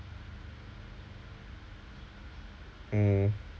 mm